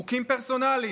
חוקים פרסונליים.